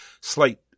slight